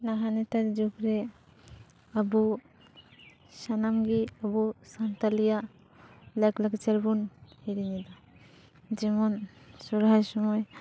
ᱱᱟᱦᱟᱜ ᱱᱮᱛᱟᱨ ᱡᱩᱜᱽ ᱨᱮ ᱟᱵᱚ ᱥᱟᱱᱟᱢ ᱜᱮ ᱟᱵᱚ ᱥᱟᱱᱛᱟᱞᱤᱭᱟᱜ ᱞᱟᱠ ᱞᱟᱠᱪᱟᱨ ᱵᱚᱱ ᱦᱤᱲᱤᱧ ᱮᱫᱟ ᱡᱮᱢᱚᱱ ᱥᱚᱨᱦᱟᱭ ᱥᱚᱢᱚᱭ